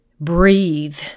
breathe